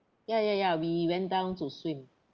ya ya ya we went down to swim